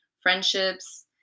friendships